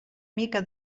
mica